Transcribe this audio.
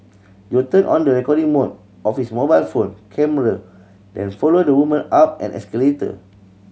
Jo turned on the recording mode of his mobile phone camera then followed the woman up an escalator